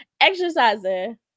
exercising